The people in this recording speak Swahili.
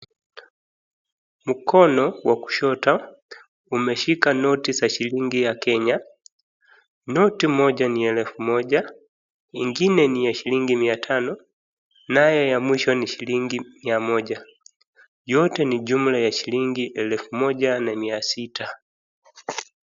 Mkono wa kushoto umeshika noti za shilingi ya Kenya. Noti moja ni ya elfu moja, ingine ni ya shilingi mia tano, nayo ya mwisho ni shilingi mia moja. Yote ni jumla ya shilingi elfu moja na mia sita.